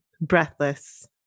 breathless